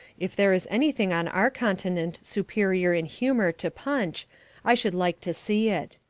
if there is anything on our continent superior in humour to punch i should like to see it.